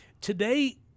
today